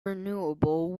renewable